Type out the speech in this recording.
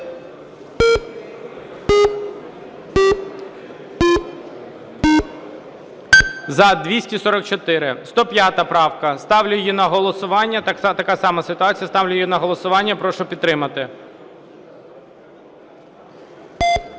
За-244 105 правка. Ставлю її на голосування. Така сама ситуація. Ставлю її на голосування. Прошу підтримати.